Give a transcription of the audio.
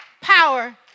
power